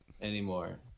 Anymore